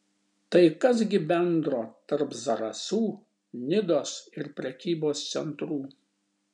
tai kas gi bendro tarp zarasų nidos ir prekybos centrų